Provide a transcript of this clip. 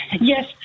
Yes